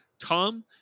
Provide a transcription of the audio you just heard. tom